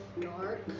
dark